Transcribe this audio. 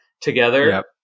together